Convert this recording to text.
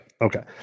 okay